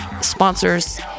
sponsors